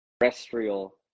terrestrial